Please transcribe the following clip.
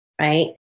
right